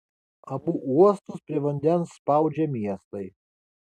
abu uostus prie vandens spaudžia miestai